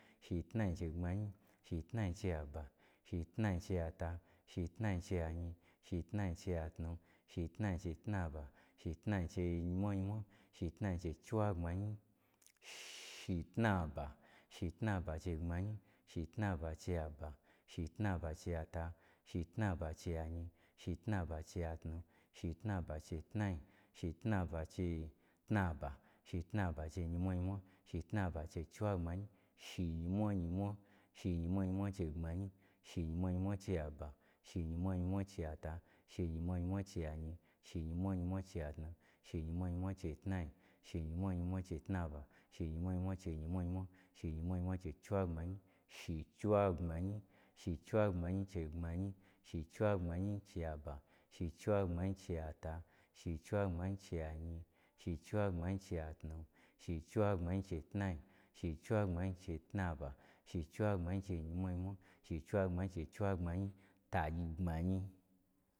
Shitnai chei gbmanyi, shitnai chei aba, shitnai chei ata, shitnai chei anyi, shitnai chei atnu, shitnai chei tnaba, shitnai chei nyimwa nyimwa, shitnai chei chiwagbmanyi, shitnaba, shitnaba chei gbmanyi, shitnaba chei aba, shitnaba chei ata, shitnaba chei anyi, shitnaba chei atnu, shitnaba chei tnai, shitnaba chei tnaba, shitnaba chei nyimwanyimwa, shitnaba chei chiwagbmanyi, shinyimwa nyimwa, shi nyi mwanyimwa chei gbmanyi, shi nyi mwanyimwa chei aba, shi nyi mwanyimwa cheiata, shi nyi mwanyimwa chei anyi, shi nyi mwanyimwa chei atnu, shi nyi mwanyimwa chei tnai, shi nyi mwanyimwa chei tnaba, shi nyi mwanyimwa cheinyimwa nyimwa, shi nyi mwanyimwa chei chiwagbmanyi, shi chiwagbmanyi, shi chiwagbmanyi chei gbmanyi, shi chiwagbmanyi chei aba, shi chiwagbmanyi chei ata, shi chiwagbmanyi chei anyi, shi chiwagbmanyi chei atnu, shi chiwagbmanyi chei tnai, shi chiwagbmanyi chei tnaba, shi chiwagbmanyi chei nyimwa nyimwa, shi chiwagbnmanyi chei chiwagbmanyi, tagyi gbmanyi.